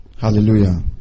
Hallelujah